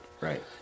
Right